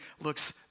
looks